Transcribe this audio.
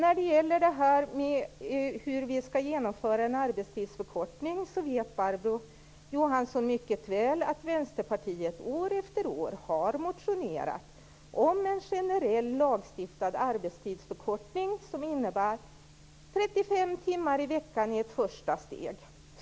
I frågan hur vi skall genomföra en arbetstidsförkortning vet Barbro Johansson mycket väl att Vänsterpartiet år efter år har motionerat om en generell lagstiftad arbetstidsförkortning till 35 timmar i veckan i ett första steg.